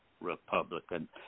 Republican